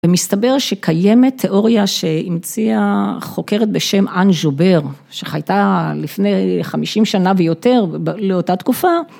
ומסתבר שקיימת תיאוריה שהמציאה חוקרת בשם אן ג'ובר, שהייתה לפני חמישים שנה ויותר, לאותה תקופה.